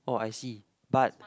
oh I see but